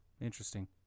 Interesting